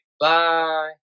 Bye